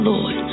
Lord